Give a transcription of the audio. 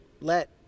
let